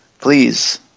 Please